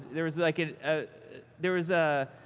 there was like a. ah there was a.